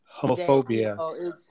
homophobia